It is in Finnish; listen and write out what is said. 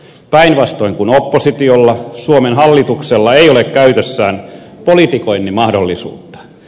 päinvastoin kuin oppositiolla suomen hallituksella ei ole käytössään politikoinnin mahdollisuutta